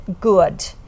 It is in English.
good